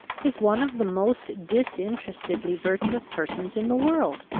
is one of the most disinterestedly virtuous persons in the world.